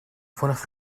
ffoniwch